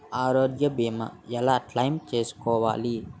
ఆరోగ్య భీమా ఎలా క్లైమ్ చేసుకోవాలి?